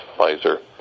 Pfizer